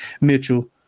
Mitchell